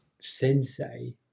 sensei